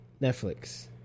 Netflix